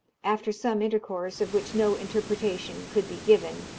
after some intercourse, of which no interpretation could be given,